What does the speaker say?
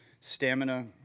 stamina